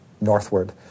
northward